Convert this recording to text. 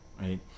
right